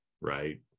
right